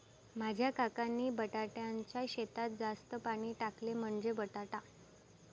माझ्या काकांनी बटाट्याच्या शेतात जास्त पाणी टाकले, म्हणजे बटाटा